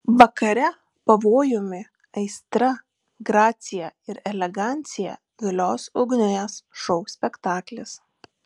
vakare pavojumi aistra gracija ir elegancija vilios ugnies šou spektaklis